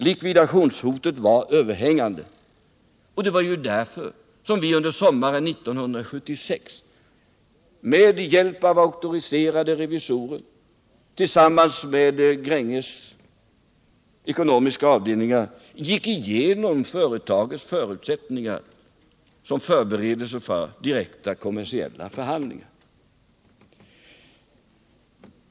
Likvidationshotet var överhängande, och det var därför som vi under sommaren 1976 med hjälp av auktoriserade revisorer tillsammans med Gränges ekonomiska avdelningar gick igenom företagets förutsättningar som en förberedelse för direkta kommersiella förhandlingar.